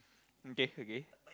okay okay